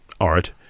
art